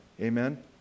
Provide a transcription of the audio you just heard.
Amen